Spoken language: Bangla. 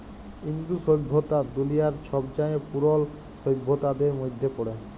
ইন্দু সইভ্যতা দুলিয়ার ছবচাঁয়ে পুরল সইভ্যতাদের মইধ্যে পড়ে